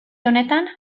honetan